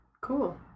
Cool